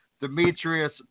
Demetrius